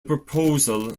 proposal